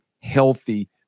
healthy